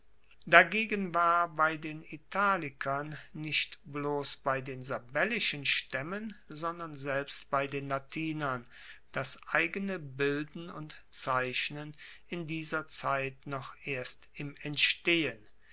dagegen war bei den italikern nicht bloss bei den sabellischen staemmen sondern selbst bei den latinern das eigene bilden und zeichnen in dieser zeit noch erst im entstehen